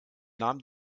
nahm